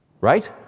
right